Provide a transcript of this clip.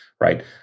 Right